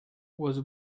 was